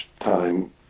time